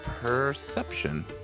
Perception